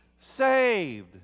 saved